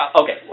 Okay